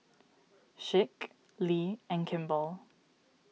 Schick Lee and Kimball